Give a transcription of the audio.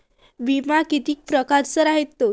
बिमा कितीक परकारचा रायते?